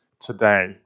today